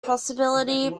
possibility